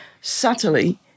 subtly